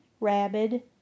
Rabid